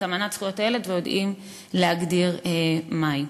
אמנת זכויות הילד ויודעים להגדיר מהי.